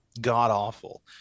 god-awful—